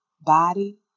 body